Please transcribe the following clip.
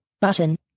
Button